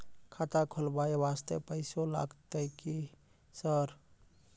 खाता खोलबाय वास्ते पैसो लगते की सर?